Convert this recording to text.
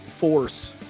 force